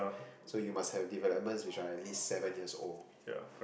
so you must have developments which are at least seven years old